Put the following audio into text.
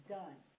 done